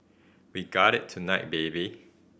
we got it tonight baby